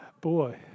Boy